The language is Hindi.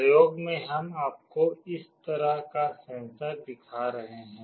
प्रयोग में हम आपको इस तरह का सेंसर दिखा रहे हैं